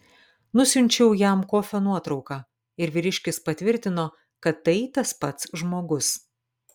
nusiunčiau jam kofio nuotrauką ir vyriškis patvirtino kad tai tas pats žmogus